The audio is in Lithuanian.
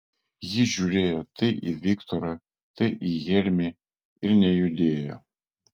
jis žiūrėjo tai į viktorą tai į hermį ir nejudėjo